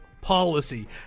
policy